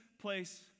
place